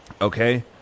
Okay